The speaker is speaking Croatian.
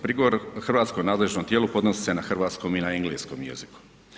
Prigovor hrvatskom nadležnom tijelu podnosi se na hrvatskom i na engleskom jeziku.